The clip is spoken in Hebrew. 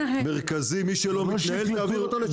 מרכזי תעביר אותה לשם.